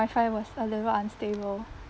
wi-fi was a little unstable